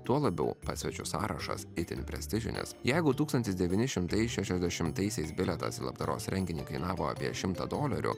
tuo labiau pats svečių sąrašas itin prestižinis jeigu tūkstantis devyni šimtai šešiasdešimtaisiais bilietas į labdaros renginį kainavo apie šimtą dolerių